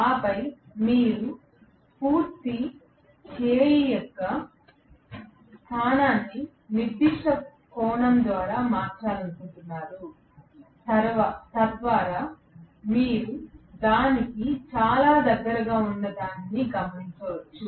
ఆపై మీరు పూర్తి చేయి యొక్క స్థానాన్ని నిర్దిష్ట కోణం ద్వారా మార్చాలనుకుంటున్నారు తద్వారా మీరు దానికి చాలా దగ్గరగా ఉన్నదాన్ని గమనించవచ్చు